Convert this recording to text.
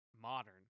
modern